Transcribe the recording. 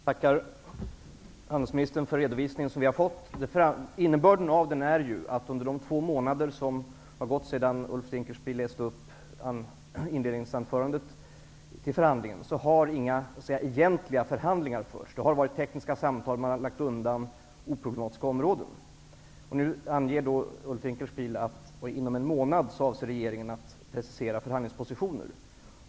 Herr talman! Jag tackar handelsministern för den redovisning vi fått. Innebörden är att under de två månader som gått sedan Ulf Dinkelspiel läste upp inledningsanförandet till förhandlingen har inga egentliga förhandlingar förts. Det har varit tekniska samtal, och man har lagt undan oproblematiska områden. Nu anger Ulf Dinkelspiel att regeringen inom en månad avser att precisera förhandlingspositioner.